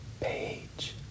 page